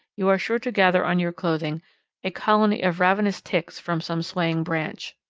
you are sure to gather on your clothing a colony of ravenous ticks from some swaying branch.